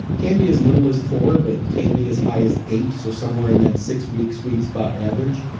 can be as little as four, but can be as high as eight. so somewhere in that six weeks sweet spot average,